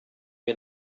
wir